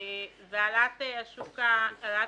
והן העלאת המחירים.